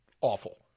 awful